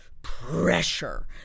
pressure